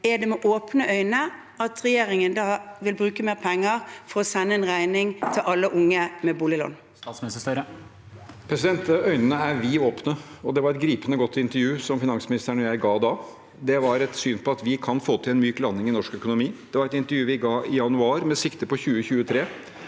Er det med åpne øyne at regjeringen vil bruke mer penger, for å sende en regning til alle unge med boliglån? Statsråd Jonas Gahr Støre Øynene er vid åpne, og det var et gripende godt intervju som finansministeren og jeg ga da. Det var et syn om at vi kan få til en myk landing i norsk økonomi. Det var et intervju vi ga i januar, med sikte på 2023.